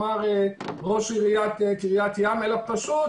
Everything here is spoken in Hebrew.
אלא פשוט